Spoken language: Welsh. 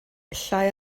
llai